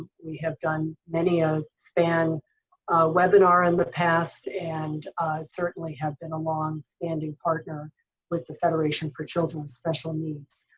we have done many a span webinar in the past and certainly have been a long-standing partner with the federation for children with special needs.